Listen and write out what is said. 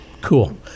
Cool